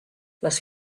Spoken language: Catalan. les